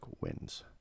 wins